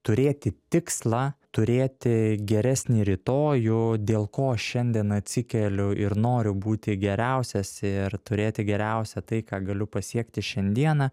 turėti tikslą turėti geresnį rytojų dėl ko šiandien atsikeliu ir noriu būti geriausias ir turėti geriausią tai ką galiu pasiekti šiandieną